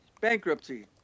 bankruptcy